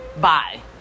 bye